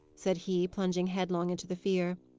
said he, plunging headlong into the fear,